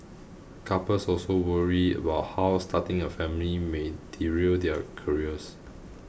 couples also worry about how starting a family may derail their careers